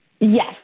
Yes